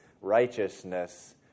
righteousness